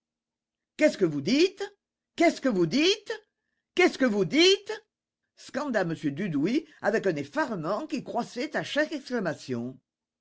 qu'est-ce que vous dites qu'est-ce que vous dites qu'est-ce que vous dites scanda m dudouis avec un effarement qui croissait à chaque exclamation